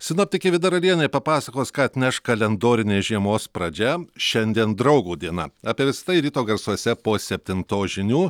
sinoptikė vida ralienė papasakos ką atneš kalendorinės žiemos pradžia šiandien draugo diena apie visa tai ryto garsuose po septintos žinių